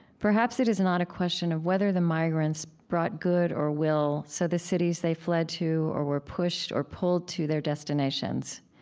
perhaps it is not a question of whether the migrants brought good or will so the cities they fled to or were pushed or pulled to their destinations,